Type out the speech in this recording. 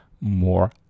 more